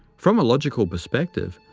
from a logical perspective,